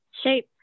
shape